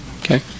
Okay